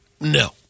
No